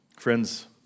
Friends